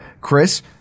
Chris